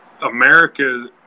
America